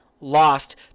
Lost